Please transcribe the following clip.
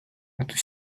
эту